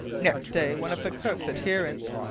next day, one of the cook's adherents,